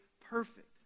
perfect